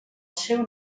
seu